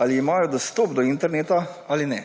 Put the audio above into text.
ali imajo dostop do interneta ali ne,